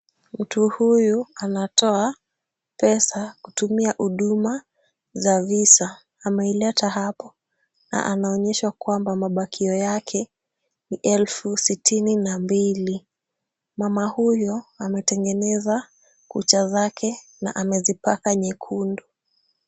Mtu huyu anatoa pesa kutumia huduma za visa, ameileta hapo, na anaonyeshwa kwamba mabakio yake ni elfu sitini na mbili. Mama huyo ametengeneza kucha zake na amezipaka nyekundu.